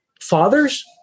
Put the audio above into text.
fathers